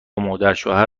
مادرشوهر